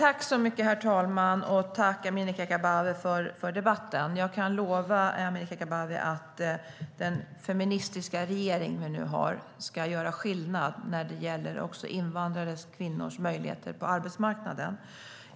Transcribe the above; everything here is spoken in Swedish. Herr talman! Tack, Amineh Kakabaveh, för debatten! Jag kan lova Amineh Kakabaveh att den feministiska regering som vi nu har ska göra skillnad också när det gäller invandrade kvinnors möjligheter på arbetsmarknaden.